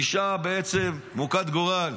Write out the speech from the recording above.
אישה בעצם מוכת גורל.